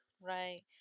right